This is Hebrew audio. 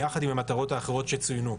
יחד עם המטרות האחרות שצוינו,